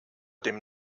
dem